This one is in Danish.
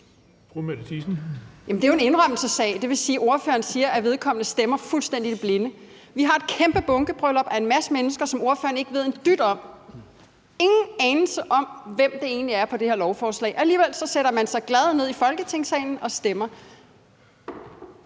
det er jo en indrømmelsessag. Det vil sige, at ordføreren siger, at man stemmer fuldstændig i blinde. Vi har et kæmpe bunkebryllup med en masse mennesker, som ordføreren ikke ved en dyt om. Man har ingen anelse om, hvem der egentlig er på det her lovforslag. Alligevel sætter man sig glad ned i Folketingssalen og stemmer.